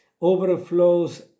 overflows